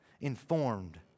informed